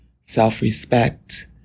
self-respect